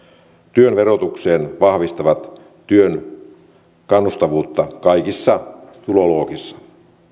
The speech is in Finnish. työn verotukseen vahvistavat työn kannustavuutta kaikissa tuloluokissa